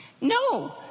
No